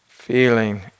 Feeling